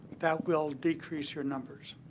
that will decrease your numbers.